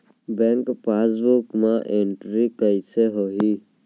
Bank passbook मा entry कइसे होही?